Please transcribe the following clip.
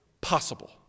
possible